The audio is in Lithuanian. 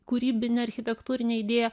kūrybinę architektūrinę idėją